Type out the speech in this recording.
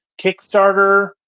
Kickstarter